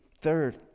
Third